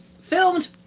filmed